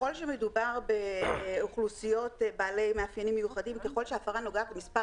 אם מדובר באוכלוסיות בעלי מאפיינים מיוחדים וככל שההפרה נוגעת למספר